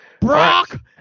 Brock